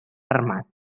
armat